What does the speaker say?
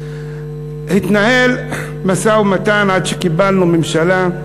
התנהל משא-ומתן עד שקיבלנו ממשלה,